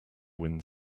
wind